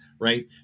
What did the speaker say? right